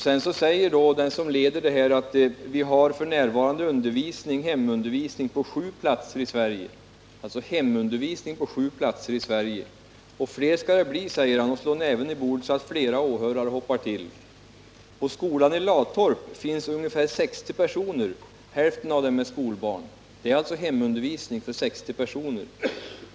Sedan citeras den som leder verksamheten: ”Vi har för närvarande undervisning, hemundervisning, på sju platser i Sverige. Och fler skall det bli, säger han och slår näven i bordet så att flera åhörare hoppar till. På skolan i Latorp finns ungefär 60 personer, hälften av dem är skolbarn.” Det är alltså hemundervisning för 60 personer.